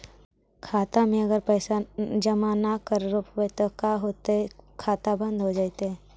खाता मे अगर पैसा जमा न कर रोपबै त का होतै खाता बन्द हो जैतै?